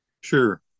Sure